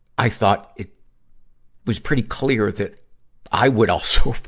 i thought it was pretty clear that i would also,